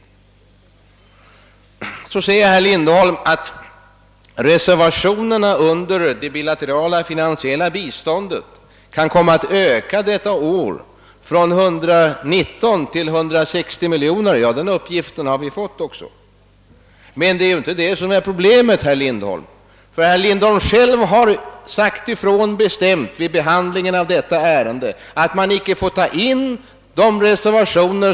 Vidare sade herr Lindholm att reservationerna under det bilaterala finansiella biståndet i år kan komma att öka från 119 till 160 miljoner kronor. Ja, den uppgiften har vi också fått. Men det är ju inte det som är problemet. Herr Lindholm har själv vid behandlingen av detta ärende sagt bestämt ifrån att vi inte skall ta in: de reservationer.